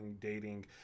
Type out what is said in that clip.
dating